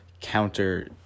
counter